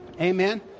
Amen